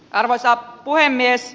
arvoisa puhemies